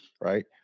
right